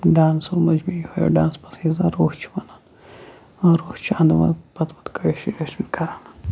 ڈانسو منٛز چھِ مےٚ یِہَے اَکھ ڈانس پسنٛد یَتھ زَن روٚف چھ ونان اور روف چھُ اندَو اَندو پتہٕ پتہٕ کٲشِر ٲسۍ مٕتۍ کران